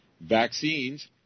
vaccines